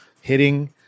hitting